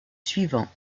suivant